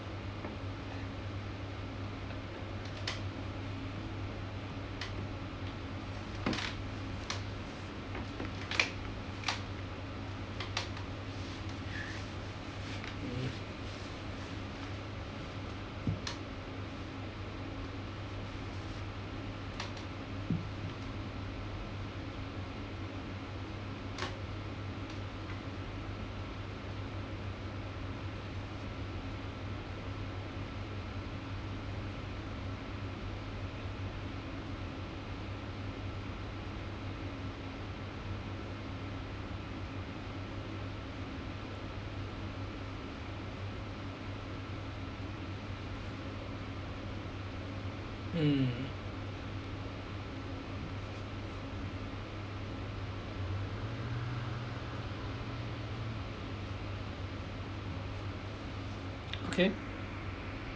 mm mm okay